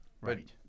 Right